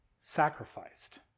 sacrificed